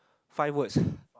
five words